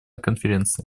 конференции